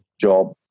job